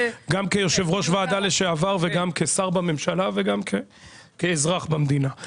גם כיושב ראש ועדה לשעבר וגם כשר בממשלה וגם כאזרח במדינה,